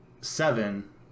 seven